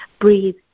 breathe